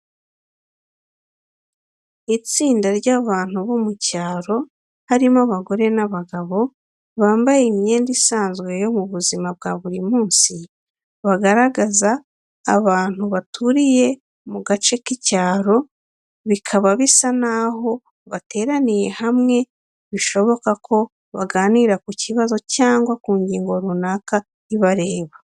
Itsinda ry’abantu bo mu cyaro harimo abagore n’abagabo bambaye imyenda isanzwe yo mu buzima bwa buri munsi. Bagaragaza abantu baturiye mu gace k’icyaro bikaba bisa n’aho bateraniye hamwe, bishoboka ko baganira ku kibazo cyangwa ku ngingo runaka ibareba.